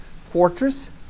fortress